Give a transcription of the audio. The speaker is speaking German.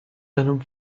deinem